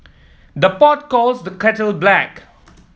the pot calls the kettle black